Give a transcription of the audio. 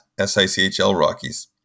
SICHLRockies